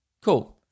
Cool